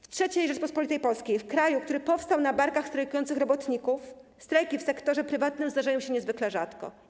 W III Rzeczypospolitej Polskiej, w kraju, który powstał na barkach strajkujących robotników, strajki w sektorze prywatnym zdarzają się niezwykle rzadko.